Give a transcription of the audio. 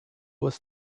was